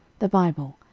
the bible,